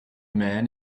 man